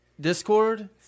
Discord